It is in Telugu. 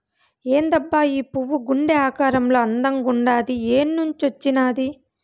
ఏందబ్బా ఈ పువ్వు గుండె ఆకారంలో అందంగుండాది ఏన్నించొచ్చినాది